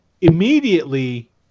immediately